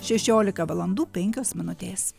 šešiolika valandų penkios minutės